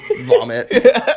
vomit